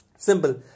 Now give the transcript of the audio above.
Simple